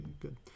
good